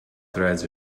threads